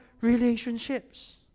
relationships